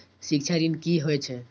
शिक्षा ऋण की होय छै?